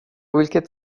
vilket